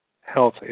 health